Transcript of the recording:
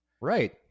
Right